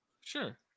Sure